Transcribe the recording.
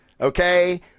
Okay